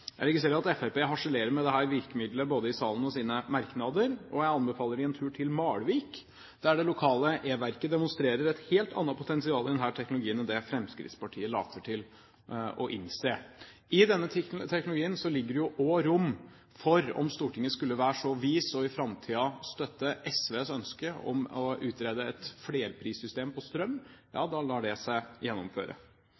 Jeg registrerer at Fremskrittspartiet harselerer med dette virkemiddelet både i salen og i sine merknader, og jeg anbefaler dem en tur til Malvik, der det lokale e-verket demonstrerer et helt annet potensial i denne teknologien enn det Fremskrittspartiet later til å innse. I denne teknologien ligger det også rom for – om Stortinget skulle være så vist i framtiden å støtte SVs ønske om å utrede det – et flerprissystem på strøm.